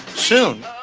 soon,